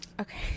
Okay